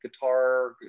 guitar